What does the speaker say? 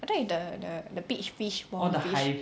I thought is the the the big fish small fish